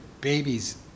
babies